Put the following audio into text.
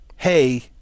hey